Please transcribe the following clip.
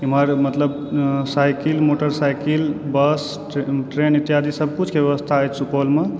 इम्हर मतलब cycle motorcycle bus train इत्यादि सभकिछु के ब्यबस्था अछि सुपौलमे